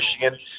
Michigan